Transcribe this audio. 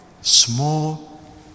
small